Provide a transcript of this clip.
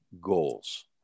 goals